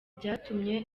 byatumye